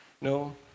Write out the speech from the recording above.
No